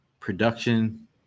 production